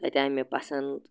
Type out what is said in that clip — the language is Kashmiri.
تَتہِ آے مےٚ پَسنٛد